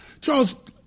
Charles